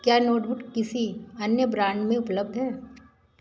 क्या नोटबुक किसी अन्य ब्रांड में उपलब्ध है